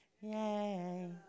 Yay